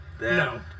no